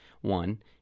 One